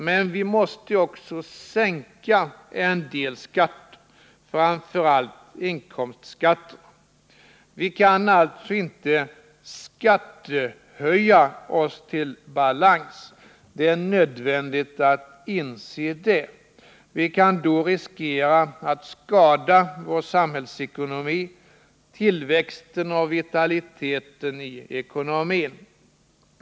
Men vi måste också sänka en del skatter, framför allt inkomstskatterna. Vi kan alltså inte skattehöja oss till balans — det är nödvändigt att inse detta. Vi kan då riskera att skada vår samhällsekonomi, tillväxten och vitaliteten i ekonomin.